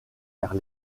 car